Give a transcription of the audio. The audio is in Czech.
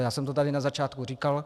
Já jsem to tady na začátku říkal.